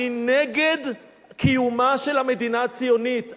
אני נגד קיומה של המדינה הציונית.